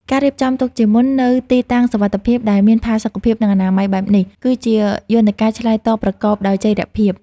ការរៀបចំទុកជាមុននូវទីតាំងសុវត្ថិភាពដែលមានផាសុកភាព និងអនាម័យបែបនេះ គឺជាយន្តការឆ្លើយតបប្រកបដោយចីរភាព។